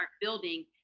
building